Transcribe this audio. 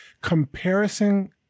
comparison